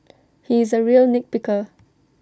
he is A real nit picker